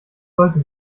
sollte